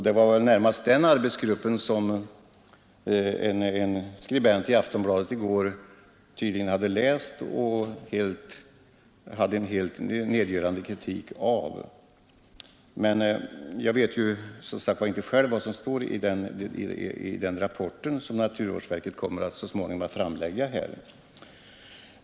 Det var tydligen denna arbetsgrupps betänkande som en skribent i Aftonbladet i går hade läst och riktat en helt nedgörande kritik mot. Men jag vet som sagt inte själv vad som står i den rapport som naturvårdsverket så småningom kommer att framlägga här.